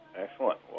Excellent